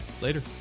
later